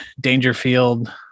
Dangerfield